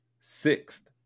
Sixth